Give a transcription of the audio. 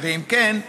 3. אם כן,